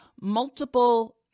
multiple